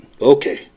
okay